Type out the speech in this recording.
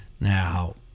Now